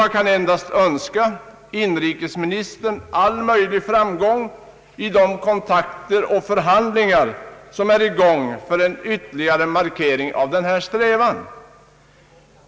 Jag kan endast önska inrikesministern all möjlig framgång i de kontakter och förhandlingar som pågår för en ytterligare markering av denna strävan.